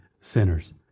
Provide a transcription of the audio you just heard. sinners